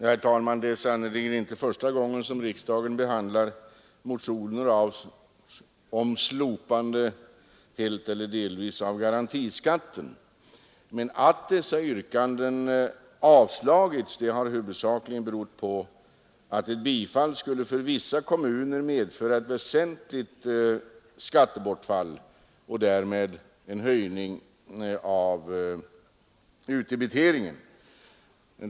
Herr talman! Det är sannerligen inte första gången som riksdagen behandlar motioner om slopande helt eller delvis av garantiskatten. Att dessa yrkanden avslagits har huvudsakligen berott på att ett bifall skulle för vissa kommuner medföra ett väsentligt skattebortfall och därmed en höjning av utdebiteringen.